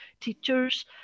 teachers